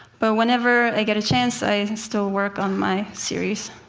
but whenever i get a chance i still work on my series.